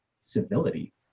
civility